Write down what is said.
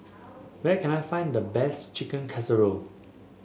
where can I find the best Chicken Casserole